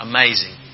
Amazing